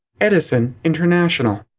edison international.